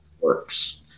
works